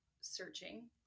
searching